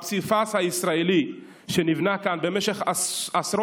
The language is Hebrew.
הפסיפס הישראלי שנבנה כאן במשך עשרות